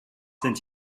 sind